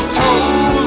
told